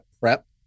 PrEP